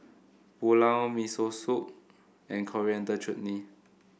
Pulao Miso Soup and Coriander Chutney